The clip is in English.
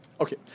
Okay